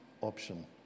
option